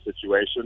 situation